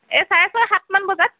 এই চাৰে ছয় সাত মান বজাত